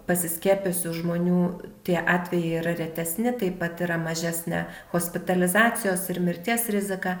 pasiskiepijusių žmonių tie atvejai yra retesni taip pat yra mažesnė hospitalizacijos ir mirties rizika